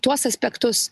tuos aspektus